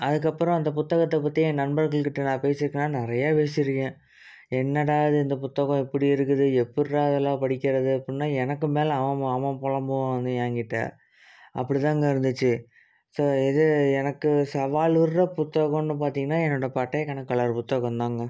அதுக்கப்பறம் அந்த புத்தகத்தை பற்றி என் நண்பர்கள் கிட்டே நான் பேசிருக்கேன்னா நிறையா பேசியிருக்கேன் என்னடா இது இந்த புத்தகம் இப்படி இருக்குது எப்புட்ரா இதெல்லாம் படிக்கிறது அப்படின்னா எனக்கு மேலே அவன் அவன் புலம்புவான் வந்து என் கிட்டே அப்படி தான்ங்க இருந்துச்சு ஸோ இது எனக்கு சவால் விடுற புத்தகன்னு பார்த்திங்கனா என்னுடைய பட்டய கணக்காளர் புத்தகம் தான்ங்க